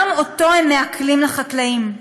גם אותו הם מעקלים לחקלאים.